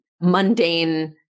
mundane